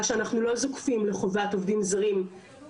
אם הם שהו בישראל שלא כדין,